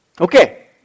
okay